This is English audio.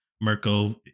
Mirko